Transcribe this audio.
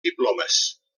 diplomes